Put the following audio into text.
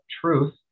truth